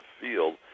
field